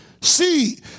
See